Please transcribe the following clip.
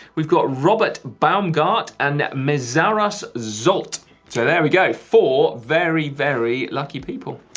we've got robert baumgart. and meszaros zsolt. so there we go, four very, very lucky people.